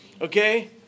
okay